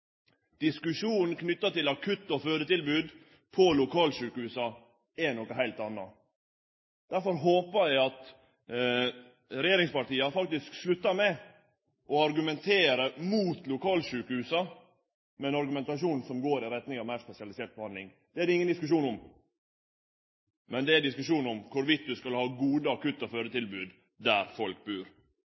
Diskusjonen knytt til akutt- og fødetilbod på lokalsjukehusa er noko heilt anna. Derfor håpar eg at regjeringspartia faktisk sluttar med å argumentere mot lokalsjukehusa med ein argumentasjon om at det går i retning av meir spesialisert behandling – det er det ingen diskusjon om. Men det er diskusjon om ein skal ha gode akutt- og fødetilbod der folk bur.